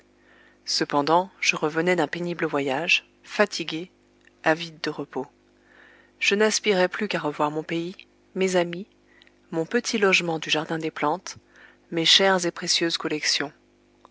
cependant je revenais d'un pénible voyage fatigué avide de repos je n'aspirais plus qu'à revoir mon pays mes amis mon petit logement du jardin des plantes mes chères et précieuses collections